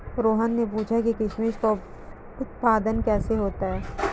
रोहन ने पूछा कि किशमिश का उत्पादन कैसे होता है?